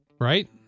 right